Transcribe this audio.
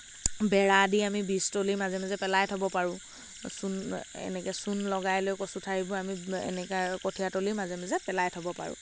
বেৰা দি আমি বীজতলীৰ মাজে মাজে পেলাই থ'ব পাৰোঁ চূণ এনেকে চূণ লগাই লৈ কচুঠাৰিবোৰ আমি এনেকা কঠীয়াতলীৰ মাজে মাজে পেলাই থ'ব পাৰোঁ